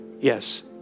Yes